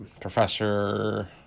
Professor